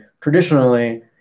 traditionally